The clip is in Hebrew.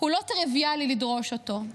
לא טריוויאלי לדרוש אותו.